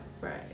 Right